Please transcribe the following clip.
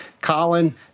Colin